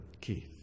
Keith